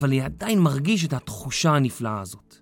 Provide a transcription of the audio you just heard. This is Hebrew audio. אני עדיין מרגיש את התחושה הנפלאה הזאת